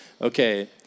okay